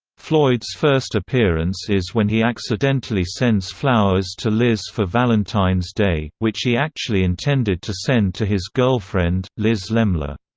floyd's first appearance is when he accidentally sends flowers to liz for valentine's day, which he actually intended to send to his girlfriend, liz lemler.